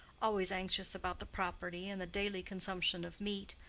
always anxious about the property and the daily consumption of meat,